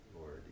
Lord